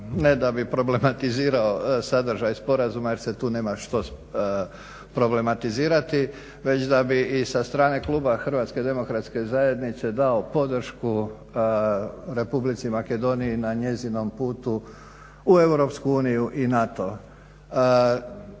ne da bi problematizirao sadržaj sporazuma jer se tu nema što problematizirati već da bi i sa strane kluba HDZ-a dao podršku Republici Makedoniji na njezinom putu u EU i NATO.